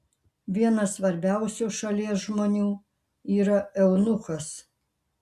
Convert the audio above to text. vienas svarbiausių šalies žmonių yra eunuchas